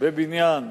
בבניין,